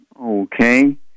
Okay